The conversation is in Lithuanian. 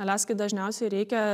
aliaskai dažniausiai reikia